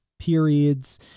periods